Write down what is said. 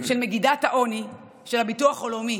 של מדידת העוני של הביטוח הלאומי,